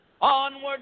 onward